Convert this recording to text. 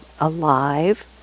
Alive